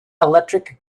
electric